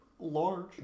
Large